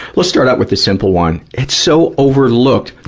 let's start out with a simple one. it's so overlooked.